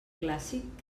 clàssic